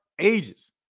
ages